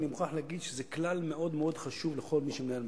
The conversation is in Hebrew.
אני חייב להגיד שזה כלל מאוד מאוד חשוב לכל מי שמנהל משא-ומתן,